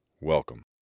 Welcome